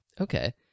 Okay